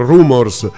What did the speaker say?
Rumors